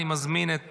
אני מזמין את